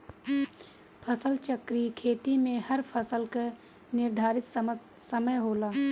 फसल चक्रीय खेती में हर फसल कअ निर्धारित समय होला